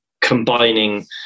Combining